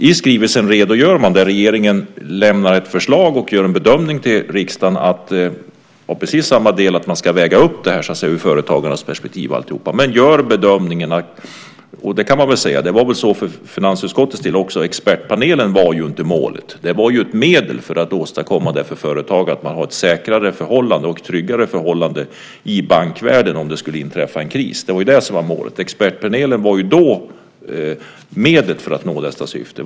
I skrivelsen gör regeringen en bedömning och lämnar ett förslag till riksdagen när det gäller precis samma del, att man ska väga det här ur företagarnas perspektiv. Men man gör bedömningen att, och det kan man väl säga var så för finansutskottets del också, att expertpanelen inte var målet. Den var ju ett medel för att för företagen åstadkomma ett säkrare och tryggare förhållande till bankvärlden om det skulle inträffa en kris. Det var ju det som var målet. Expertpanelen var medlet för att nå detta syfte.